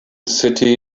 city